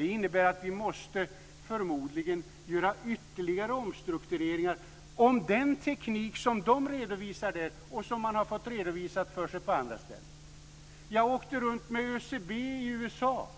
Det innebär att vi förmodligen måste genomföra ytterligare omstruktureringar med tanke på den teknik som man där redovisade. Jag åkte runt med ÖCB i USA